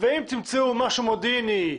ואם תמצאו משהו מודיעיני,